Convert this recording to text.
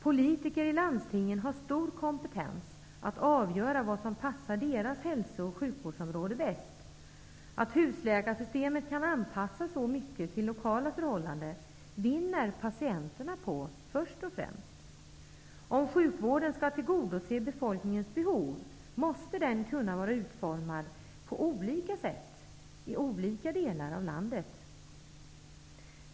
Politiker i landstingen har stor kompetens att avgöra vad som passar deras hälsooch sjukvårdsområde bäst. Att husläkarsystemet kan anpassas så mycket till lokala förhållanden vinner först och främst patienterna på. Om sjukvården skall tillgodose befolkningens behov, måste den kunna vara utformad på olika sätt i olika delar av landet.